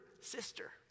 sister